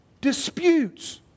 disputes